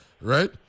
right